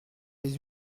des